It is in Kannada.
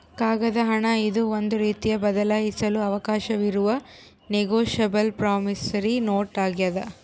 ಕಾಗದದ ಹಣ ಇದು ಒಂದು ರೀತಿಯ ಬದಲಾಯಿಸಲು ಅವಕಾಶವಿರುವ ನೆಗೋಶಬಲ್ ಪ್ರಾಮಿಸರಿ ನೋಟ್ ಆಗ್ಯಾದ